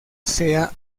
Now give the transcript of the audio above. sea